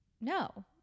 No